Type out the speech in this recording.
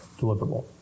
deliverable